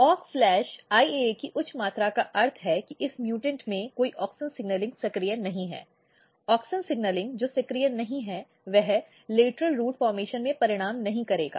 Aux IAA की उच्च मात्रा का अर्थ है इस म्यूटॅन्ट में कोई ऑक्सिन सिग्नलिंग सक्रिय नहीं है ऑक्सिन सिग्नलिंग जो सक्रिय नहीं है वह लेटरल रूट गठन में परिणाम नहीं करेगा